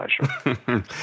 pleasure